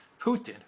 Putin